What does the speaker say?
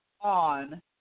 on